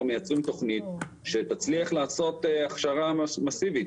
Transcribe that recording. מייצרים תכנית שתצליח לעשות הכשרה מאסיבית.